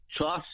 Trust